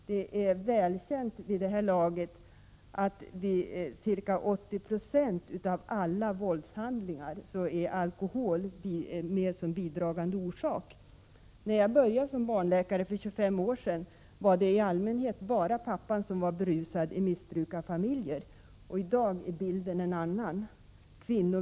Det är väl känt vid det här laget att vid ca 80 96 av alla våldshandlingar är alkohol en bidragande orsak. När jag började som barnläkare för 25 år sedan var i allmänhet bara pappan berusad i missbrukarfamiljer. I dag är bilden en annan.